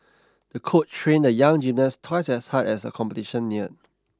the coach trained the young gymnast twice as hard as the competition neared